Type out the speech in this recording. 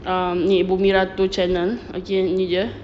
um ni bumi ratu channel okay ni jer